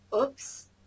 Oops